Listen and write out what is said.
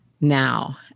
now